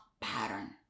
pattern